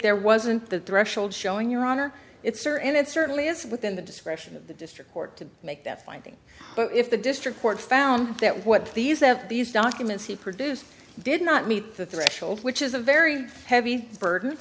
there wasn't that threshold showing your honor it's are and it certainly is within the discretion of the district court to make that finding but if the district court found that what these that these documents he produced did not meet the threshold which is a very heavy burden